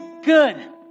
good